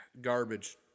garbage